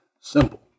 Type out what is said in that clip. simple